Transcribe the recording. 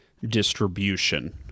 distribution